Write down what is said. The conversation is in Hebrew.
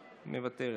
מוותרת,